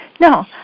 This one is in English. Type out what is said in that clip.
No